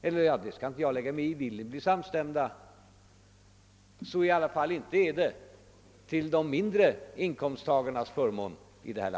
Jag skall inte lägga mig i den saken, men vill de bli samstämda är det i varje fall inte till de mindre inkomsttagarnas fördel.